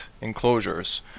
enclosures